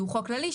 שהוא חוק כללי,